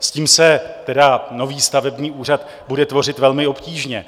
S tím se tedy nový stavební úřad bude tvořit velmi obtížně.